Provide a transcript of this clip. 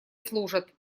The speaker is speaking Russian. служат